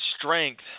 strength